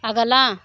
अगला